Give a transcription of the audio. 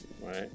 right